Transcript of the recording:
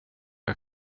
jag